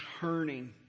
turning